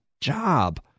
job